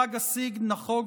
חג הסגד נחוג,